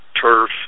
turf